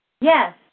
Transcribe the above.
Yes